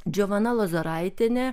džiovana lozoraitienė